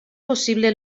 possible